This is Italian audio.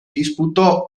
disputò